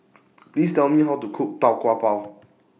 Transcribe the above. Please Tell Me How to Cook Tau Kwa Pau